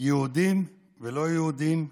יהודים ולא יהודים,